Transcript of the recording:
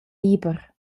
liber